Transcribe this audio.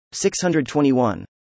621